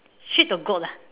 sheep or goat lah